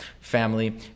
family